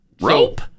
Rope